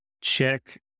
check